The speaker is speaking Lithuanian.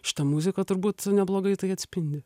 šita muzika turbūt neblogai tai atspindi